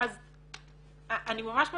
אז אני ממש מבקשת,